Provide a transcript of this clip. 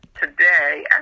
today